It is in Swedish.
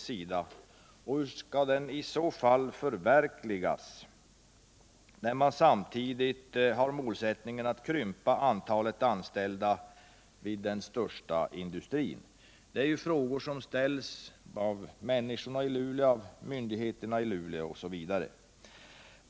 Hur skall den målsättningen i så fall kunna förverkligas, när regeringen samtidigt har målsättningen att krympa antalet anställda vid länets största industri? — Dessa frågor ställs naturligtvis av människorna och myndigheterna i Luleå.